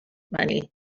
money